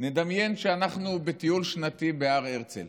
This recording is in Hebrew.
ונדמיין שאנחנו בטיול שנתי בהר הרצל